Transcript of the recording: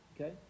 Okay